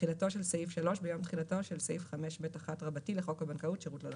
תחילתו של סעיף 3 ביום תחילתו של סעיף 5ב1 לחוק הבנקאות (שירות ללקוח).